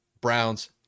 Browns